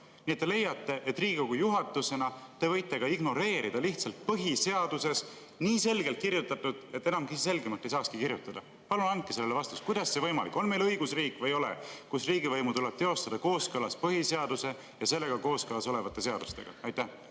Nii et te leiate, et Riigikogu juhatusena te võite ka ignoreerida lihtsalt põhiseaduses nii selgelt kirjutatut, et enam selgemalt ei saakski kirjutada. Palun andke sellele vastus! Kuidas see võimalik on? On meil õigusriik või ei ole, kus riigivõimu tuleb teostada kooskõlas põhiseaduse ja sellega kooskõlas olevate seadustega? Suur